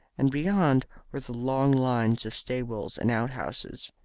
and beyond were the long lines of stables and outhouses.